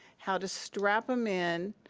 how to strap them in,